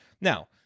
Now